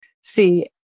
see